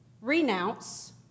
Renounce